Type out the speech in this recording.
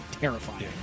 terrifying